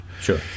Sure